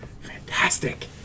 fantastic